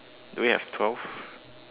do we have twelve